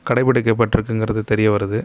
கடைபிடிக்கப்பட்டுருக்குங்கிறது தெரிய வருது